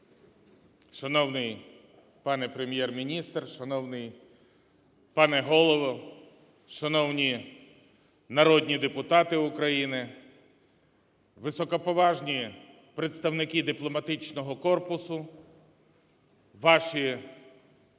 Шановний пане Прем'єр-міністре! Шановний пане Голово! Шановні народні депутати України! Високоповажні представники дипломатичного корпусу! Ваші